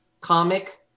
comic